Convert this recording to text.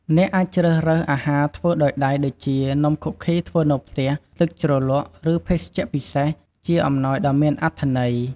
អ្នកអាចជ្រើសរើសអាហារធ្វើដោយដៃ ដូចជា នំខូឃីធ្វើនៅផ្ទះ ទឹកជ្រលក់ ឬភេសជ្ជៈពិសេស ជាអំណោយដ៏មានអត្ថន័យ។